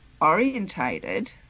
orientated